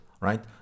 right